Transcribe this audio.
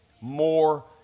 More